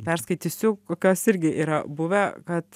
perskaitysiu kas irgi yra buvę kad